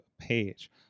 page